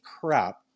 crap